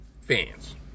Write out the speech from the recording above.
fans